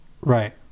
Right